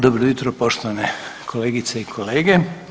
Dobro jutro poštovane kolegice i kolege.